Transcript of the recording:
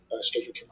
schedule